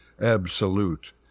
absolute